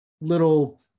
little